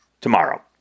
tomorrow